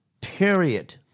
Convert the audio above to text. period